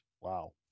wow